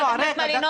חברת הכנסת מלינובסקי,